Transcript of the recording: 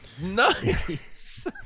nice